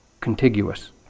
contiguous